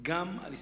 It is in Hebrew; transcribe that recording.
גם על ישראל.